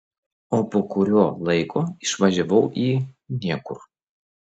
o po kurio laiko išvažiavau į niekur